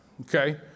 okay